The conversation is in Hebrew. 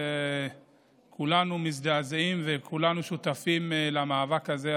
כולנו מזדעזעים וכולנו שותפים למאבק הזה,